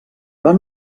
van